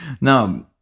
Now